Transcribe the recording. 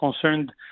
concerned